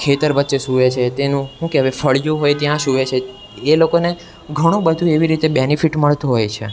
ખેતર વચ્ચે સૂવે છે તેનું શું કહેવાય ફળિયું હોય ત્યાં સૂવે છે એ લોકોને ઘણું બધું એવી રીતે બેનિફિટ મળતું હોય છે